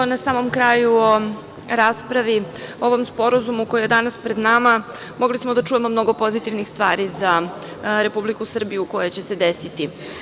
Na samom kraju rasprave o ovom sporazumu koji je danas pred nama, mogli smo da čujemo mnogo pozitivnih stvari za Republiku Srbiju koje će se desiti.